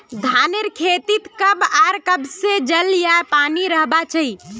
धानेर खेतीत कब आर कब से जल या पानी रहबा चही?